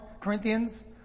Corinthians